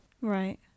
Right